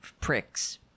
pricks